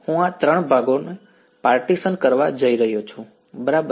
હવે હું આ 3 ભાગો પાર્ટીશન કરવા જઈ રહ્યો છું બરાબર